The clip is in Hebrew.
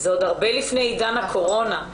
זה עוד הרבה לפני עידן הקורונה.